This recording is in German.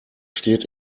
steht